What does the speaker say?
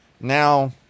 now